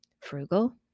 frugal